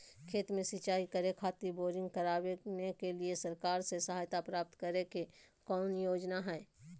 खेत में सिंचाई करे खातिर बोरिंग करावे के लिए सरकार से सहायता प्राप्त करें के कौन योजना हय?